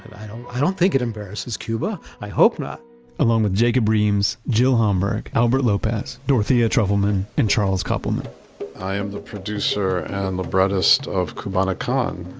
and i don't i don't think it embarrasses cuba. i hope not along with jacob reams, jill hamberg, albert lopez, dorothea trufelman and charles koppelman i am the producer and librettist of cubanacan,